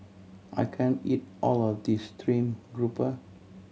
I can't eat all of this stream grouper